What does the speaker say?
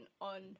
on